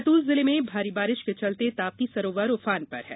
बैतूल जिले में अच्छी बारिश के चलते ताप्ती सरोवर उफान पर है